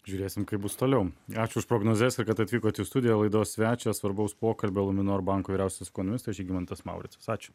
žiūrėsim kaip bus toliau ačiū už prognozes ir kad atvykot į studiją laidos svečias svarbaus pokalbio luminor banko vyriausias ekonomistas žygimantas mauricas ačiū